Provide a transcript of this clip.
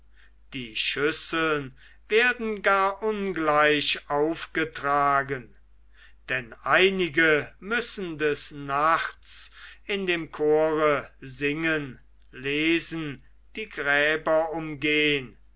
die schüsseln werden gar ungleich aufgetragen denn einige müssen des nachts in dem chore singen lesen die gräber umgehn